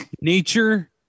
Nature